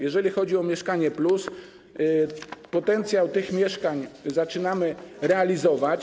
Jeżeli chodzi o „Mieszkanie+”, potencjał tych mieszkań, zaczynamy to realizować.